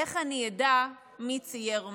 איך אני אדע מי צייר מה?